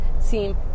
seem